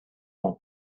nom